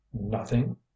Nothing